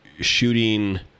shooting